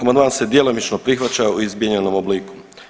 Amandman se djelomično prihvaća u izmijenjenom obliku.